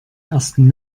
ersten